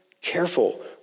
careful